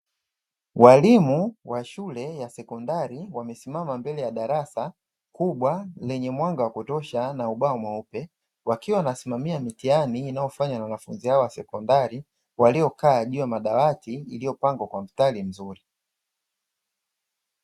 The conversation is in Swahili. Walimu wa shule ya sekondari wamesimama mbele ya darasa kubwa lenye mwanga wa kutosha na ubao mweupe, wakiwa wanasimamia mitihani inayofanywa na wanafunzi hao wa sekondari waliokaa juu ya madawati iliyopangwa kwa mstari mzuri.